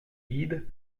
guides